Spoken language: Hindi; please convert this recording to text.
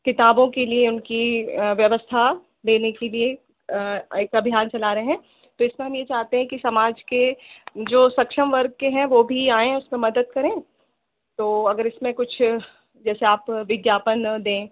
किताबों के लिए उनकी व्यवस्था देने के लिए एक अभियान चला रहे हैं तो इसमें हम यह चाहते हैं कि समाज के जो सक्षम वर्ग के हैं वह भी आएँ उसमें मदद करें तो अगर इसमें कुछ जैसे आप विज्ञापन दें